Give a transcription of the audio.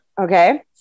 okay